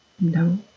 No